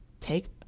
take